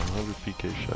are repeated.